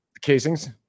casings